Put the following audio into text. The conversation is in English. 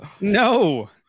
no